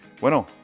Bueno